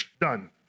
done